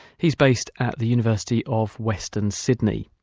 he's based at the university of western sydney